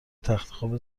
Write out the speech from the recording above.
تختخواب